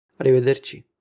Arrivederci